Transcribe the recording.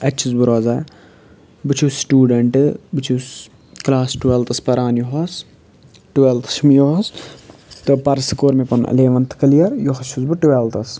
اَتہِ چھُس بہٕ روزان بہٕ چھُس سٹوٗڈَنٛٹ بہٕ چھُس کٕلاس ٹُوٮ۪لتھَس پَران یِہُس ٹُوٮ۪لتھ چھُ مےٚ یِہُس تہٕ پَرسہٕ کوٚر مےٚ پَنُن الیوَنتھ کٕلیَر یِہُس چھُس بہٕ ٹُوٮ۪لتھَس